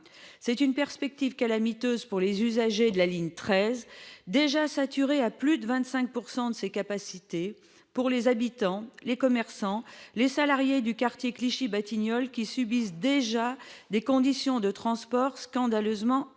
C'est une perspective calamiteuse pour les usagers de la ligne 13, déjà saturée à plus de 25 % de ses capacités, et pour les habitants, les commerçants et les salariés du quartier Clichy-Batignolles, qui subissent déjà des conditions de transport scandaleusement inconfortables.